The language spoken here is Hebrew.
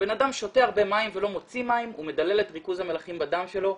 כשאדם שותה הרבה מים ולא מוציא מים הוא מדלל את ריכוז המלחים בדם שלו,